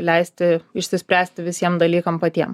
leisti išsispręsti visiem dalykam patiem